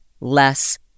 less